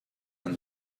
and